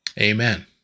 Amen